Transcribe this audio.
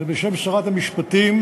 בשם שרת המשפטים,